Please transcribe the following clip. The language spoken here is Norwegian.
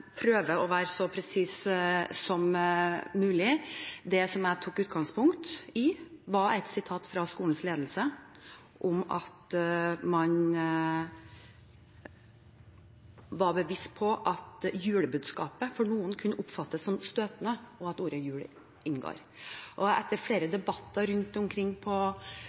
å være så presis som mulig. Det jeg tok utgangspunkt i, var et sitat fra skolens ledelse om at man var bevisst på at julebudskapet, og det at ordet «jul» inngår, av noen kunne oppfattes som støtende. Etter flere debatter rundt omkring på